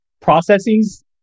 processes